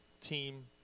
team